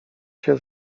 się